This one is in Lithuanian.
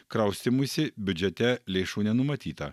kraustymuisi biudžete lėšų nenumatyta